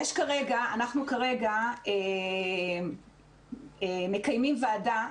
אנחנו כרגע מקיימים ועדה.